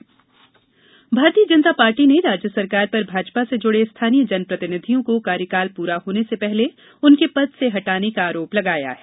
भाजपा आरोप भारतीय जनता पार्टी ने राज्य सरकार पर भाजपा से जुड़े स्थानीय जनप्रतिनिधियों को कार्यकाल पूरा होने से पहले उनके पद से हटाने का आरोप लगाया है